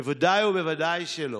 ודאי וודאי שלא.